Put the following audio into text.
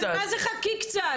מה זה חכי קצת?